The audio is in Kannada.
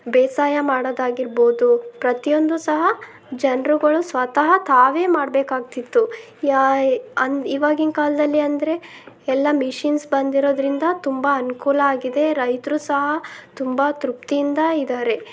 ಬೇಸಾಯ ಮಾಡೋದಾಗಿರ್ಬೋದು ಪ್ರತಿಯೊಂದು ಸಹ ಜನರುಗಳು ಸ್ವತಃ ತಾವೇ ಮಾಡಬೇಕಾಗ್ತಿತ್ತು ಯಾ ಅಂದ್ ಈವಾಗಿನ ಕಾಲದಲ್ಲಿ ಅಂದರೆ ಎಲ್ಲ ಮಿಷಿನ್ಸ್ ಬಂದಿರೋದರಿಂದ ತುಂಬ ಅನುಕೂಲ ಆಗಿದೆ ರೈತರು ಸಹ ತುಂಬ ತೃಪ್ತಿಯಿಂದ ಇದ್ದಾರೆ